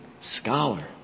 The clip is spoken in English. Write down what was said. scholar